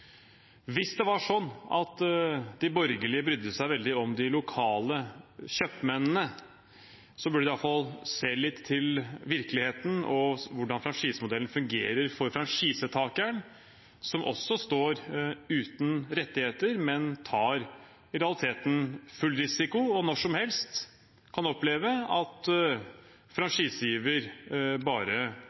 Hvis det var sånn at de borgerlige brydde seg veldig om de lokale kjøpmennene, burde de iallfall se litt til virkeligheten og hvordan franchisemodellen fungerer for franchisetakeren, som står uten rettigheter, men i realiteten tar full risiko og når som helst kan oppleve at franchisegiver bare